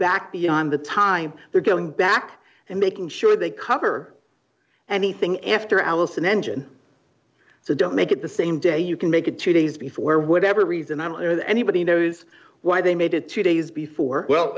back beyond the time they're going back and making sure they cover anything after allison engine so don't make it the same day you can make it two days before whatever reason i don't know that anybody knows why they made it two days before well